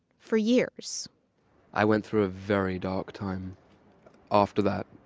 for years i went through a very dark time after that.